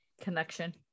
connection